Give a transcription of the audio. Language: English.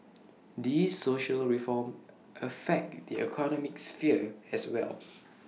these social reform affect the economic sphere as well